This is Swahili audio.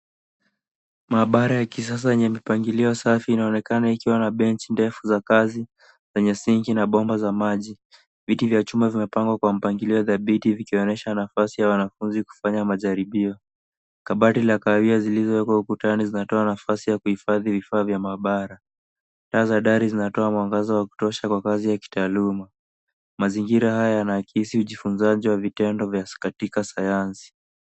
Mahabara ya kisasa yenye mipangilio safi, inaonekana ikiwa na benchi ndefu za kazi, zenye sinki na bomba za maji. Viti vya chuma vimepangwa kwa mpangilio dhabiti vikioneshana nafasi ya wanafunzi kufanya majaribio. Kabati la kahawia zilizo wekwa ukutani zinatoa nafasi ya kuhifadhi vifaa vya mahabara. Taa za dari zinatoa mwangaza wa kutosha kwa kazi ya kitaaluma. Mazingira haya yanaakisi ujifunzaji wa vitendo vya katika sayansi.